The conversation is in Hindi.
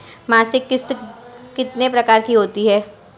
मासिक किश्त कितने प्रकार की होती है?